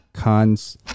cons